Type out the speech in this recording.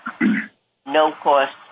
no-cost